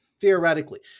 Theoretically